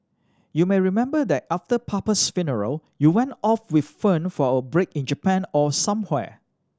you may remember that after papa's funeral you went off with Fern for a break in Japan or somewhere